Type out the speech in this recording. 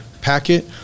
packet